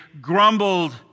grumbled